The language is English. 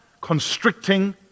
constricting